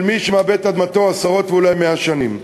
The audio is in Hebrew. של מי שמעבד את אדמתו עשרות ואולי 100 שנים.